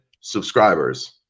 subscribers